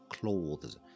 clothes